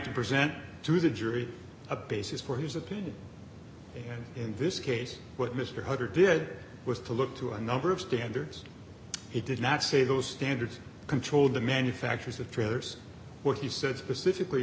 to present to the jury a basis for his opinion and in this case what mr hunter did was to look to a number of standards he did not say those standards control the manufacturers of trailers what he said specifically